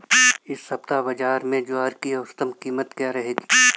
इस सप्ताह बाज़ार में ग्वार की औसतन कीमत क्या रहेगी?